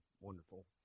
wonderful